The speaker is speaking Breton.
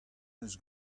deus